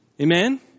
Amen